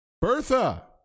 Bertha